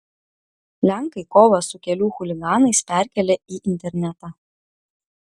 lenkai kovą su kelių chuliganais perkelia į internetą